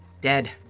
Dead